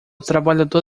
trabalhador